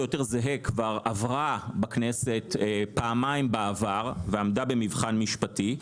יותר זהה כבר עברה בכנסת פעמיים בעבר ועמדה במבחן משפטי.